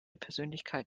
persönlichkeit